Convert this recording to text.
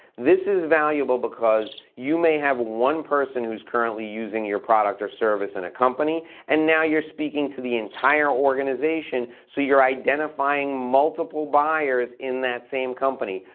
this is valuable because you may have one person who's currently using your product or service in a company and now you're speaking to the entire organization so you're identifying multiple buyers in that same company.